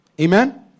Amen